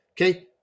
okay